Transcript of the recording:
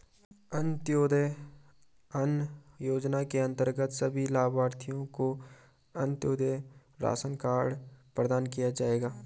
अंत्योदय अन्न योजना के अंतर्गत सभी लाभार्थियों को अंत्योदय राशन कार्ड प्रदान किया जाएगा